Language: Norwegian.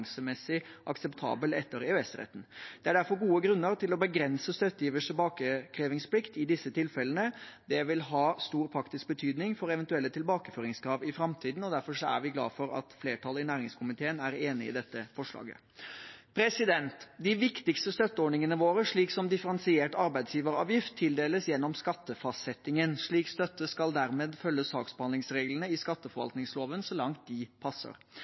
akseptabel etter EØS-retten. Det er derfor gode grunner til å begrense støttegivers tilbakekrevingsplikt i disse tilfellene. Det vil ha stor praktisk betydning for eventuelle tilbakeføringskrav i framtiden, og derfor er vi glad for at flertallet i næringskomiteen er enig i dette forslaget. De viktigste støtteordningene våre, som differensiert arbeidsgiveravgift, tildeles gjennom skattefastsettingen. Slik støtte skal dermed følge saksbehandlingsreglene i skatteforvaltningsloven så langt de passer.